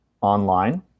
online